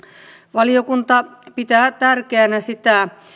valiokunta pitää tärkeänä sitä